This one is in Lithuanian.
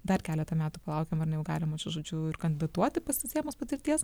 dar keletą metų palaukiam ar ne jau galima čia žodžiu ir kandidatuoti pasisėmus patirties